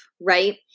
right